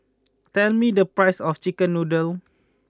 tell me the price of Chicken Noodles